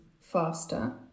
faster